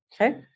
Okay